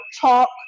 talk